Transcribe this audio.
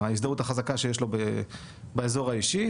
ההזדהות החזקה שיש לו באזור האישי,